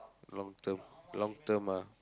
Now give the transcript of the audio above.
long-term long-term ah